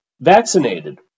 vaccinated